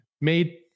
Made